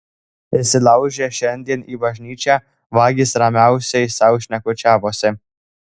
įsilaužę šiandien į bažnyčią vagys ramiausiai sau šnekučiavosi